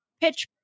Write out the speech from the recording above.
pitch